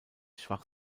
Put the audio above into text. schwach